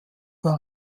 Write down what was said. war